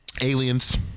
Aliens